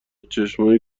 چشمای